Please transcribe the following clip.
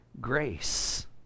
grace